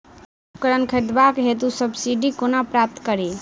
कृषि उपकरण खरीदबाक हेतु सब्सिडी कोना प्राप्त कड़ी?